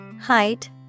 height